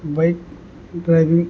bike driving